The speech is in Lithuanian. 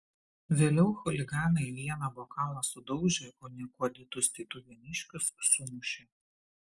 vėliau chuliganai vieną bokalą sudaužė o niekuo dėtus tytuvėniškius sumušė